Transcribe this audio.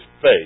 faith